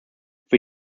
für